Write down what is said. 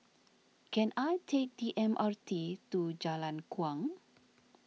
can I take the M R T to Jalan Kuang